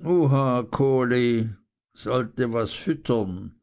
sollte was füttern